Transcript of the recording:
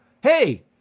Hey